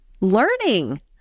learning